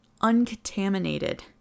uncontaminated